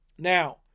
Now